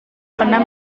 pernah